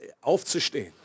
aufzustehen